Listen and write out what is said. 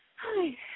Hi